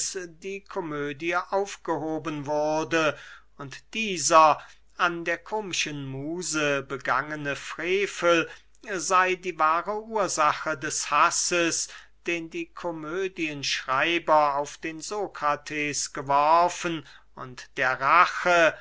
die komödie aufgehoben wurde und dieser an der komischen muse begangene frevel sey die wahre ursache des hasses den die komödienschreiber auf den sokrates geworfen und der rache